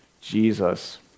Jesus